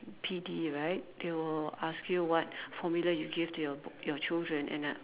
P_D right they will ask you what formula you give to your your children and I